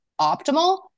optimal